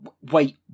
Wait